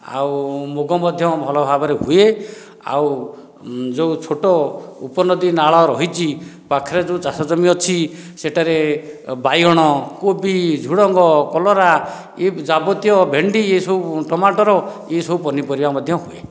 ଆଉ ମୁଗ ମଧ୍ୟ ଭଲଭାବରେ ହୁଏ ଆଉ ଯେଉଁ ଛୋଟ ଉପନଦୀ ନାଳ ରହିଛି ପାଖରେ ଯେଉଁ ଚାଷ ଜମି ଅଛି ସେଠାରେ ବାଇଗଣ କୋବି ଝୁଡ଼ଙ୍ଗ କଲରା ଏହିସବୁ ଯାବତୀୟ ଭେଣ୍ଡି ଏସବୁ ଟମାଟର ଏସବୁ ପନିପରିବା ମଧ୍ୟ ହୁଏ